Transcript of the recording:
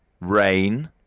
Rain